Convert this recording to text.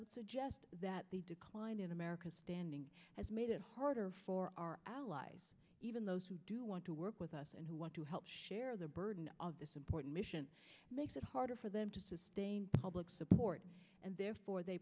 would suggest that the decline in america's standing has made it harder for our allies even those who do want to work with us and who want to help share the burden of this important mission makes it harder for them to public support and therefore they